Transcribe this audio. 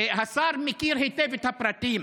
השר מכיר היטב את הפרטים,